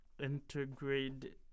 Integrated